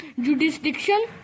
jurisdiction